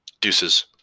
Deuces